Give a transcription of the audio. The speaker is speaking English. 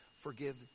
forgive